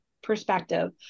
perspective